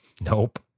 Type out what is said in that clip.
Nope